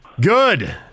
Good